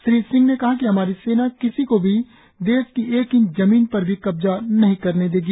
श्री सिंह ने कहा कि हमारी सेना किसी को भी देश की एक इंच जमीन पर भी कब्जा नही करने देगी